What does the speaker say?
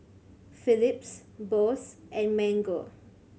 Phillips Bose and Mango